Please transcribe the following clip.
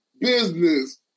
business